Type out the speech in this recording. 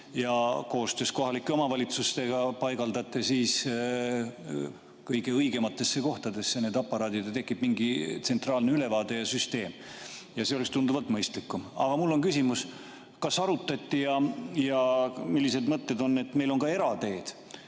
koostöös kohalike omavalitsustega paigaldate kõige õigematesse kohtadesse need aparaadid. Tekib mingi tsentraalne ülevaade ja süsteem. See oleks tunduvalt mõistlikum. Aga mul on küsimus, kas arutati, et meil on ka erateed.